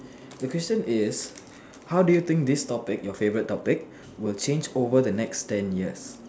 the question is how do you think this topic your favorite topic will change over the next ten years